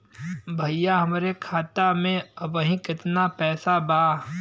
भईया हमरे खाता में अबहीं केतना पैसा बा?